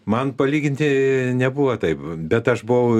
man palyginti nebuvo taip bet aš buvau